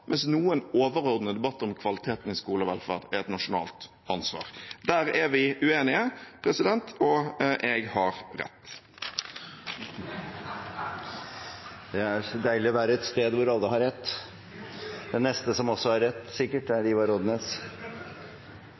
mens en overordnet debatt om kvaliteten i skole og velferd er et nasjonalt ansvar. Derfor er vi uenige – og jeg har rett. Det er deilig å være et sted hvor alle har rett. Den neste som sikkert også har rett, er Ivar Odnes.